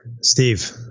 Steve